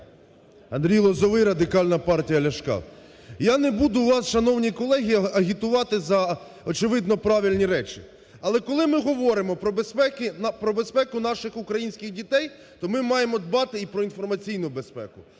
Андрій Лозовий, Радикальна партія Ляшка. Я не буду вас, шановні колеги, агітувати за очевидно правильні речі. Але коли ми говоримо про безпеку наших українських дітей, то ми маємо дбати і про інформаційну безпеку.